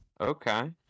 okay